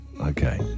Okay